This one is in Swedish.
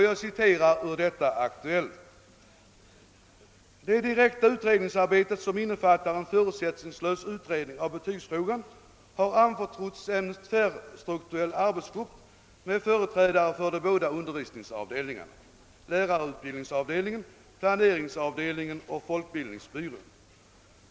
Jag citerar ur Aktuellt: »Det direkta utredningsarbetet, som innefattar en förutsättningslös utredning av betygsfrågan, har anförtrotts en tvärstrukturell arbetsgrupp med företrädare för de båda undervisningsavdelningarna, lärareutbildningsavdelningen, planeringsavdelningen och = folkbildningsbyrån.